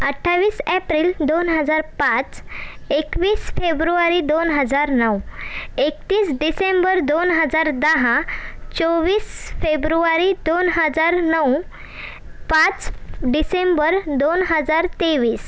अठ्ठावीस एप्रिल दोन हजार पाच एकवीस फेब्रुवारी दोन हजार नऊ एकतीस डिसेंबर दोन हजार दहा चोवीस फेब्रुवारी दोन हजार नऊ पाच डिसेंबर दोन हजार तेवीस